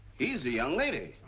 he's the young lady.